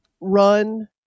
run